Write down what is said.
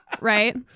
right